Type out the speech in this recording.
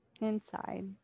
Inside